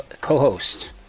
co-host